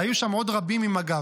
והיו שם עוד רבים ממג"ב.